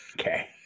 Okay